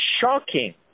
shocking